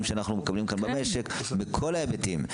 שאנחנו מקבלים כאן במשק בכל ההיבטים.